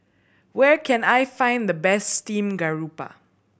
where can I find the best steamed garoupa